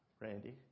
Randy